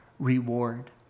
reward